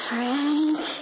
Frank